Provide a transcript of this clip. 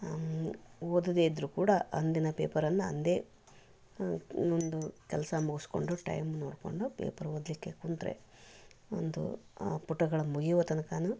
ಓದದೇ ಇದ್ದರೂ ಕೂಡ ಅಂದಿನ ಪೇಪರನ್ನ ಅಂದೇ ಒಂದು ಕೆಲಸ ಮುಗಿಸ್ಕೊಂಡು ಟೈಮ್ ನೋಡಿಕೊಂಡು ಪೇಪರ್ ಓದಲಿಕ್ಕೆ ಕೂತ್ರೆ ಒಂದು ಪುಟಗಳು ಮುಗಿಯುವ ತನಕನೂ